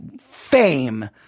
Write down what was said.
fame